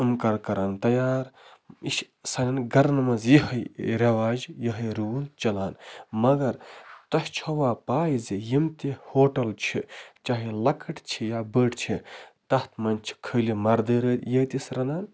یِم کر کرَن تیار یہِ چھِ سانیٚن گَرَن منٛز یِہوے رواج یِہٕے روٗل چلان مگر تۄہہِ چھوا پے زِ یِم تہِ ہوٹَل چھِ چاہے لۄکٕٹۍ چھِ یا بٔڑۍ چھِ تَتھ منٛز چھِ خالی مردٕے یٲتِس رَنان